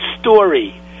story